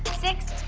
six,